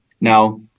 Now